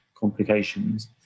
complications